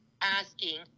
asking